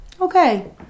Okay